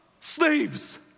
slaves